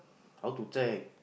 how to check